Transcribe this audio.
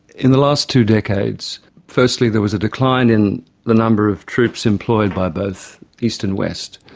in the last two decades, firstly there was a decline in the number of troops employed by both east and west.